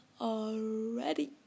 already